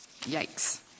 Yikes